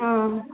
ஆ